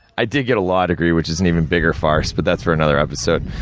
i did get a law degree, which is an even bigger farce, but that's for another episode.